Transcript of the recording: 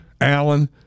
Allen